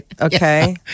okay